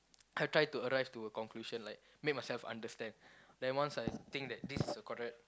I try to arrive to a conclusion like make myself understand then once I think that this is correct